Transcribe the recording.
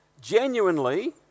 genuinely